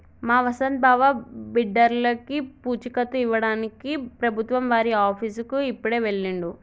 మా వసంత్ బావ బిడ్డర్లకి పూచీకత్తు ఇవ్వడానికి ప్రభుత్వం వారి ఆఫీసుకి ఇప్పుడే వెళ్ళిండు